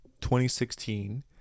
2016